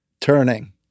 Turning